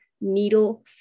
needle